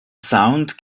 sound